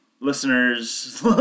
listeners